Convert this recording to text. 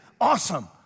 awesome